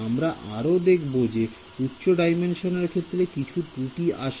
আমরা আরো দেখবো যে উচ্চ ডাইমেনশনের ক্ষেত্রে কিছু ত্রুটি আসে